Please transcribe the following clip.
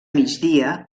migdia